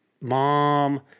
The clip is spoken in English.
mom